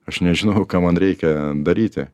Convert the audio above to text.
aš nežinojau ką man reikia daryti